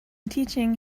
teaching